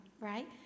right